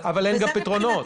אבל גם אין בהן פתרונות.